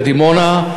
בדימונה,